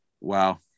Wow